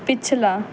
ਪਿਛਲਾ